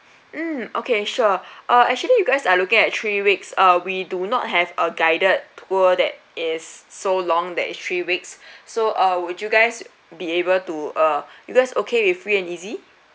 mm okay sure ah actually you guys are looking at three weeks uh we do not have a guided tour that is so long that three weeks so uh would you guys be able to uh you guys okay with free and easy